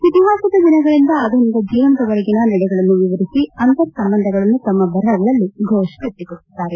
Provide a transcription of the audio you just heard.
ಇತಿಹಾಸದ ದಿನಗಳಿಂದ ಆಧುನಿಕ ಜೀವನದವರೆಗಿನ ನಡೆಗಳನ್ನು ವಿವರಸಿ ಅಂತರ ಸಂಬಂಧಗಳನ್ನು ತಮ್ಮ ಬರಹಗಳಲ್ಲಿ ಘೋಷ್ ಕಟ್ಟಿಕೊಟ್ಟಿದ್ದಾರೆ